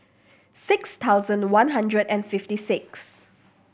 six thousand one hundred and fifty six